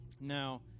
Now